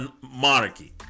monarchy